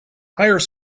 hire